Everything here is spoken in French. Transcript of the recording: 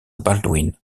baldwin